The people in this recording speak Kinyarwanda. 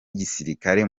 igisirikare